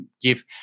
give